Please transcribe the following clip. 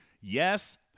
Yes